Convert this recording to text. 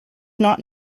not